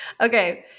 Okay